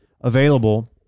available